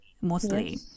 mostly